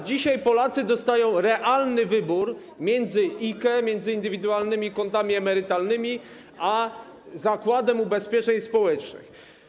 Dzisiaj Polacy dostają realny wybór między IKE, między indywidualnymi kontami emerytalnymi a Zakładem Ubezpieczeń Społecznych.